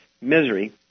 misery